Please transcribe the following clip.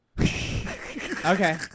okay